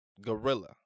Gorilla